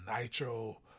Nitro